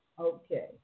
Okay